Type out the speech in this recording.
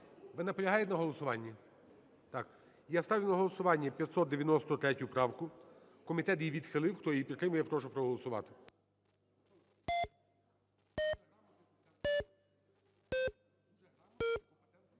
Ви наполягаєте на голосуванні? Так. Я ставлю на голосування 593 правку. Комітет її відхилив. Хто її підтримує, прошу проголосувати.